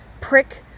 prick